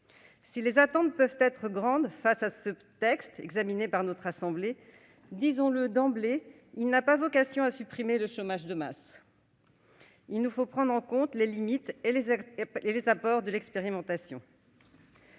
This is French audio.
Si les attentes peuvent être grandes à l'égard du texte qu'examine aujourd'hui notre assemblée, soulignons d'emblée que celui-ci n'a pas vocation à supprimer le chômage de masse. Il nous faut prendre en compte les limites et les apports de l'expérimentation.